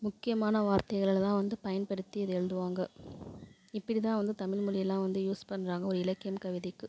முக்கியமான வார்த்தைகளை தான் வந்து பயன்படுத்தி இது எழுதுவாங்க இப்படிதான் வந்து தமிழ் மொழியலாம் வந்து யூஸ் பண்ணுறாங்க ஒரு இலக்கியம் கவிதைக்கு